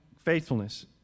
faithfulness